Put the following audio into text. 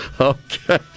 Okay